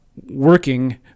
Working